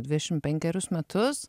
dvišim penkerius metus